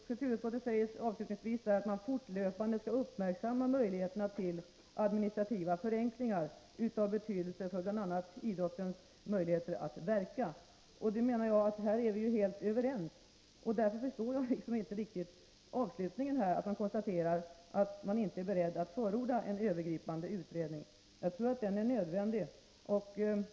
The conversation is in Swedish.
Kulturutskottet säger avslutningsvis att man fortlöpande skall uppmärksamma möjligheterna till administrativa förenklingar av betydelse för bl.a. idrottens möjligheter att verka. Här är vi helt överens, och därför förstår jag liksom inte riktigt utskottets konstaterande att man inte är beredd att förorda en övergripande utredning. Jag tror att den är nödvändig.